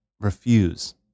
refuse